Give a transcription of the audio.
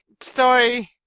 story